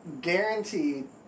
Guaranteed